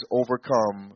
overcome